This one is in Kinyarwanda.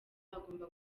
agomba